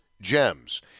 gems